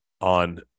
on